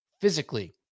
Physically